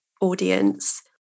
audience